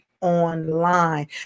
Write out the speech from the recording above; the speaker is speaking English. online